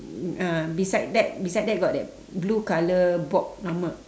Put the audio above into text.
ah beside that beside that got that blue color box normal